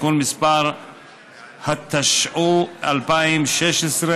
התשע"ו 2016,